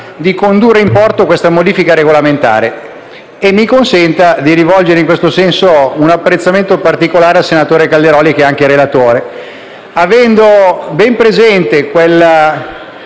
di condurre in porto la modifica regolamentare - mi consenta di rivolgere, in questo senso, un apprezzamento particolare al senatore Calderoli, che è anche relatore - avendo ben presente la